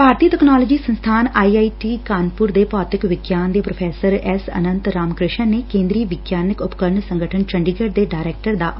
ਭਾਰਤੀ technology ਸੰਸਬਾਨ I I T Kanpur ਦੇ ਭੌਤਿਕ ਵਿਗਿਆਨ ਦੇ ਪ੍ਰੋਫੈਸਰ ਐਸ ਅਨੰਤ ਰਾਮਕ੍ਰਿਸ਼ਨ ਨੇ ਕੇਦਰੀ ਵਿਗਿਆਨਕ ਉਪਕਰਨ ਸੰਗਠਨ ਚੰਡੀਗੜ ਦੇ ਡਾਇਰੈਕਟਰ ਦਾ ਅਹੁਦਾ ਸੰਭਾਲ ਲਿਐ